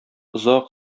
озак